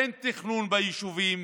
אין תכנון ביישובים.